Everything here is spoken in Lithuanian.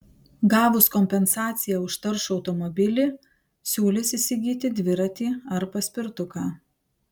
gavus kompensaciją už taršų automobilį siūlys įsigyti dviratį ar paspirtuką